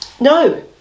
no